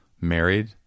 married